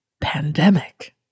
Pandemic